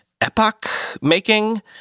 epoch-making